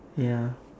ya